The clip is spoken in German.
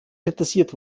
kritisiert